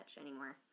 anymore